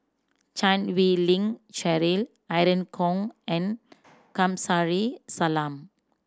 Chan Wei Ling Cheryl Irene Khong and Kamsari Salam